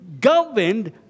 governed